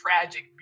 tragic